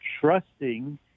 trusting